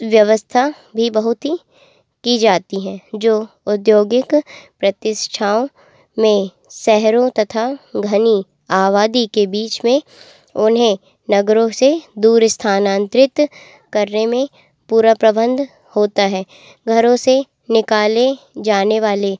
व्यवस्था भी बहुत ही की जाती हैं जो औद्योगिक प्रतिष्ठाओं में शहरों तथा घनी आबादी के बीच में उन्हें नगरों से दूर स्थानांतरित करने में पूरा प्रबंध होता है घरों से निकाले जाने वाले